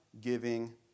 giving